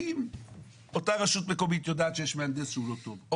ואם אותה רשות מקומית יודעת שיש מהנדס שהוא לא טוב או